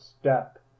step